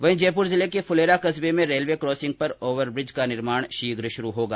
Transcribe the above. वही जयपुर जिले के फुलेरा कस्बे में रेलवे क्रॉसिंग पर ओवरब्रिज का निर्माण शीघ्र शुरू होगा